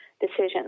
decision